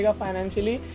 financially